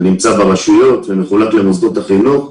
זה נמצא ברשויות ומחולק למוסדות החינוך.